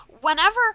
whenever